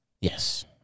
Yes